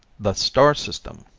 the star system!